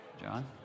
John